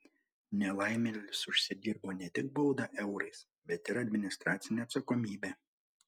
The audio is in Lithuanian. nelaimėlis užsidirbo ne tik baudą eurais bet ir administracinę atsakomybę